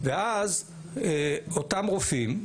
ואז אותם רופאים,